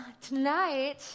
tonight